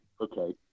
Okay